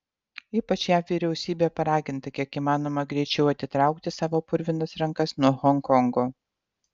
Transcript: ypač jav vyriausybė paraginta kiek įmanoma greičiau atitraukti savo purvinas rankas nuo honkongo